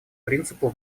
принципу